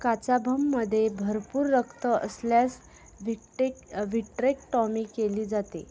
काचाभूममध्ये भरपूर रक्त असल्यास विट्टे विट्रेक्टोमी केली जाते